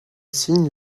signe